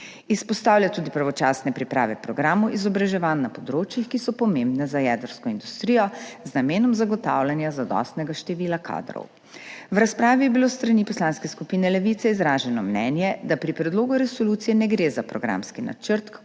Izpostavlja tudi pravočasne priprave programov izobraževanj na področjih, ki so pomembna za jedrsko industrijo, z namenom zagotavljanja zadostnega števila kadrov. V razpravi je bilo s strani Poslanske skupine Levica izraženo mnenje, da pri predlogu resolucije ne gre za programski načrt,